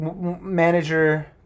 manager